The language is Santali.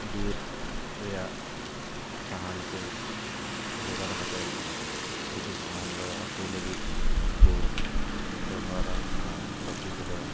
ᱵᱤᱨ ᱨᱮᱭᱟᱜ ᱥᱟᱦᱟᱱ ᱠᱚ ᱡᱚᱜᱟᱲ ᱠᱟᱛᱮ ᱠᱤᱪᱷᱩ ᱥᱟᱦᱟᱱ ᱫᱚ ᱟᱠᱚ ᱞᱟᱹᱜᱤᱫ ᱠᱚ ᱵᱮᱵᱚᱦᱟᱨᱟ ᱟᱨ ᱵᱟᱹᱠᱤ ᱠᱚᱫᱚ